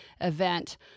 event